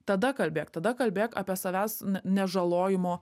tada kalbėk tada kalbėk apie savęs nežalojimo